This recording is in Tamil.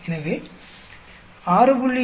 எனவே 6